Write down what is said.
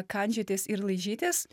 kandžiotis ir laižytis